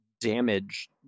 damage